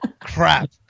Crap